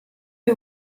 you